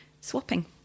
swapping